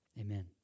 Amen